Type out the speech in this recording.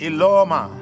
Iloma